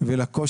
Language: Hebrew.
ולקושי